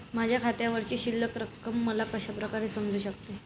माझ्या खात्यावरची शिल्लक रक्कम मला कशा प्रकारे समजू शकते?